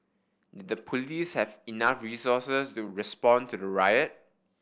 did the police have enough resources to respond to the riot